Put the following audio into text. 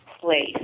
place